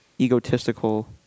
egotistical